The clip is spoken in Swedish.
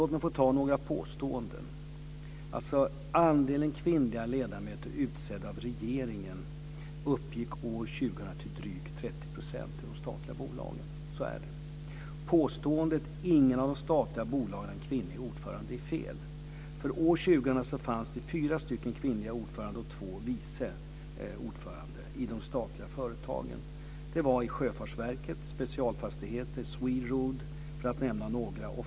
Låt mig få göra några påståenden. Andelen kvinnliga ledamöter utsedda av regeringen uppgick år 2000 till drygt 30 % i de statliga bolagen. Så är det. Påståendet att inget av de statliga bolagen har en kvinnlig ordförande är fel. År 2000 fanns det fyra kvinnliga ordföranden och två vice ordföranden i de statliga företagen. Det var i Sjöfartsverket, Specialfastigheter och Sweroad för nämna några.